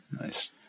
Nice